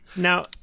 now